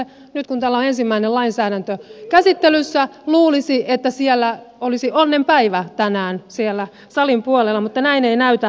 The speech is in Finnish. nyt kun täällä on ensimmäinen lainsäädäntö käsittelyssä luulisi että olisi onnenpäivä tänään siellä salin puolella mutta näin ei näytä olevankaan